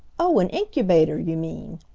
oh, an incubator, you mean,